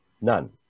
None